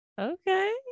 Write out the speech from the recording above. Okay